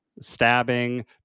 Stabbing